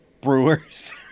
Brewers